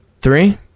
Three